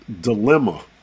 dilemma